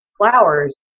flowers